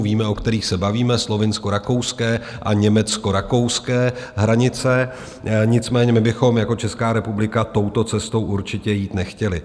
Víme, o kterých se bavíme slovinskorakouské a německorakouské hranice nicméně my bychom jako Česká republika touto cestou určitě jít nechtěli.